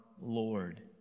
Lord